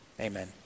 Amen